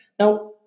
Now